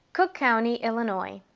cook county, illinois.